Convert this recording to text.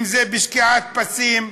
אם בשקיעת פסים,